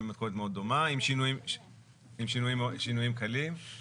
עם שינויים קלים.